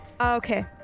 Okay